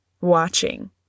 Watching